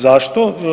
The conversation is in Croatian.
Zašto?